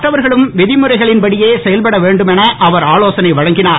மற்றவர்களும் விதிமுறைகளின் படியே செயல்பட வேண்டும் என அவர் ஆலோசனை வழங்கினார்